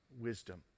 wisdom